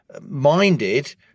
minded